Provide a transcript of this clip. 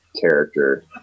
character